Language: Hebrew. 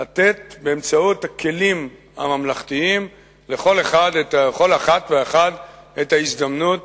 לתת באמצעות הכלים הממלכתיים לכל אחד ואחת את ההזדמנות